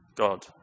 God